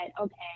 okay